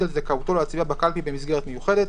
על זכאותו להצביע בקלפי במסגרת מיוחדת,